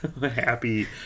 happy